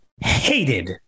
hated